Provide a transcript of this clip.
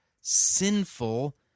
sinful